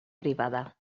privada